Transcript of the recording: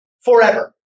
Forever